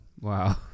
Wow